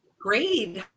Great